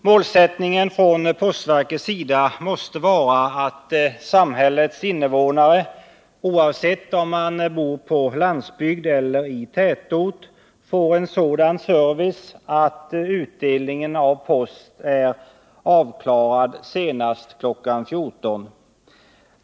Målsättningen från postverkets sida måste vara att samhällets invånare, oavsett om man bor på landsbygd eller i tätort, får en sådan service att utdelningen av post är avklarad senast kl. 14.00.